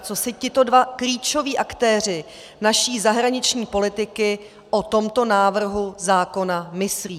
Co si tito dva klíčoví aktéři naší zahraniční politiky o tomto návrhu zákona myslí.